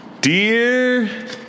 Dear